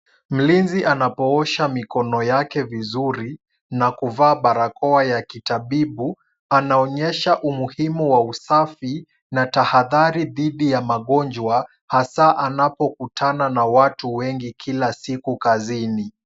Mlinzi anapoosha mikono yake vizuri na kuvaa barakoa ya kitabibu, anaonyesha umuhimu wa usafi na tahadhari dhidi ya magonjwa hasa anapokutana na watu wengi kila siku kazini.